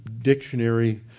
dictionary